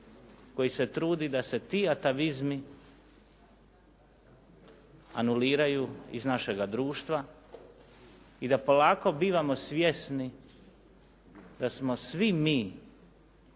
koji se trudi da se ti atavizmi anuliraju iz našega društva i da polako bivamo svjesni da smo svi mi